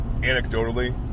Anecdotally